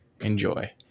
enjoy